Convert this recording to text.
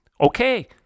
Okay